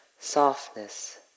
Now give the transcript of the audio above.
Softness